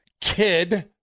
kid